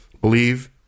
Believe